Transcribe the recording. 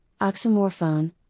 oxymorphone